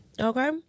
Okay